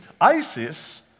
ISIS